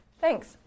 Thanks